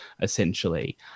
essentially